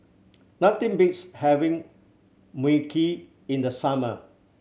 nothing beats having Mui Kee in the summer